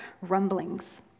rumblings